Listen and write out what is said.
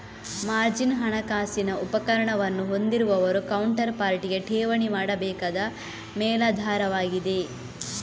margin ಹಣಕಾಸಿನ ಉಪಕರಣವನ್ನು ಹೊಂದಿರುವವರು ಕೌಂಟರ್ ಪಾರ್ಟಿಗೆ ಠೇವಣಿ ಮಾಡಬೇಕಾದ ಮೇಲಾಧಾರವಾಗಿದೆ